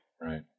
Right